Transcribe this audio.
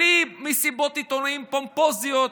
בלי מסיבות עיתונאים פומפוזיות,